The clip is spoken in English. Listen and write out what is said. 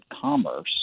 commerce